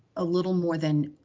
a little more than